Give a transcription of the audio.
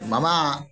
मम